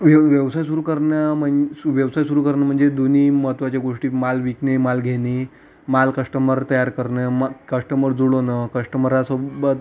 व्यव व्यवसाय सुरू करणं मग व्यवसाय सुरू करणं म्हणजे दोन्ही महत्त्वाच्या गोष्टी माल विकणे माल घेणे माल कस्टंबर तयार करणं मग कस्टमर जुळणं कस्टमरसोबत